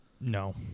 No